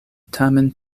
tamen